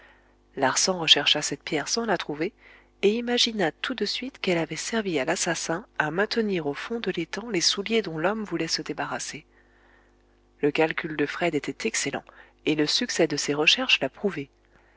larsan rechercha cette pierre sans la trouver et imagina tout de suite qu'elle avait servi à l'assassin à maintenir au fond de l'étang les souliers dont l'homme voulait se débarrasser le calcul de fred était excellent et le succès de ses recherches l'a prouvé